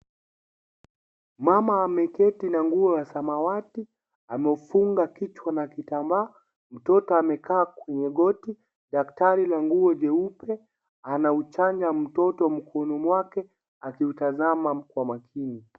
Mama ameketi na nguo ya samawati, ameufunga kichwa na kitambaa, mtoto amekaa kwenye goti, daktari la nguo jeupe, anauchanja mtoto mkono mwake akiutazama kwa makini.